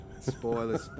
spoilers